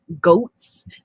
goats